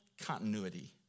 continuity